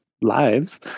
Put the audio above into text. lives